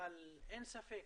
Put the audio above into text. אבל אין ספק,